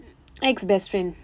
ex best friend